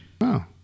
Wow